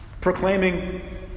proclaiming